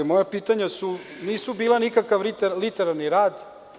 Moja pitanja nisu bila nikakav literalni rad.